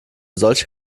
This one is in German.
solche